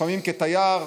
לפעמים כתייר,